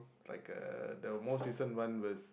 like uh the most recent one was